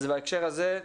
בהקשר הזה,